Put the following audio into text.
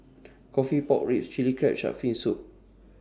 Coffee Pork Ribs Chilli Crab Shark's Fin Soup